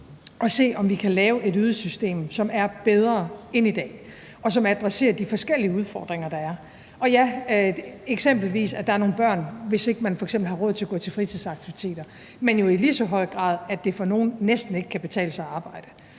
at se, om vi kan lave et ydelsessystem, som er bedre end i dag, og som adresserer de forskellige udfordringer, der er, og ja, det er eksempelvis, at der er nogle børn, der ikke har råd til at gå til fritidsaktiviteter, men jo i lige så høj grad, at det for nogle næsten ikke kan betale sig at arbejde,